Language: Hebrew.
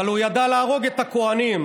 אבל הוא ידע להרוג את הכוהנים.